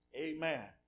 Amen